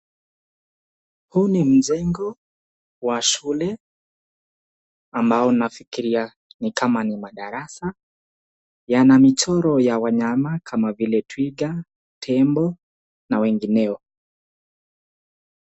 Huu ni mjengo wa shule ambao nafikiria ni kama ni madarasa, yana michoro ya wanyama kama vile twiga, tembo na wengineo.